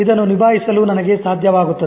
ಇದನ್ನು ನಿಭಾಯಿಸಲು ನನಗೆ ಸಾಧ್ಯವಾಗುತ್ತದೆ